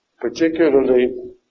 particularly